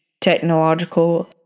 technological